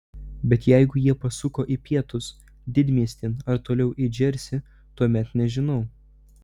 bet jeigu jie pasuko į pietus didmiestin ar toliau į džersį tuomet nežinau